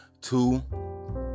Two